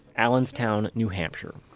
allenstown, new hampshire.